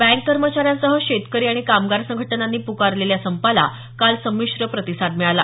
bank कर्मचाऱ्यांसह शेतकरी आणि कामगार संघटनांनी पुकारलेल्या संपाला काल संमिश्र प्रतिसाद मिळाला